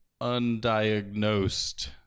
undiagnosed